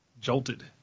jolted